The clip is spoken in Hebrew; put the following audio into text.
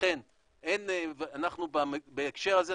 לכן אנחנו בהקשר הזה,